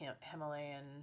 Himalayan